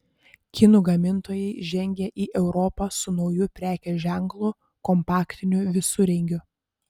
kinų gamintojai žengia į europą su nauju prekės ženklu kompaktiniu visureigiu